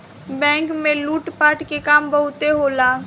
bank में लूट पाट के काम बहुते होला